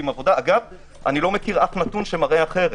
אגב, אני לא מכיר אף נתון שמראה אחרת.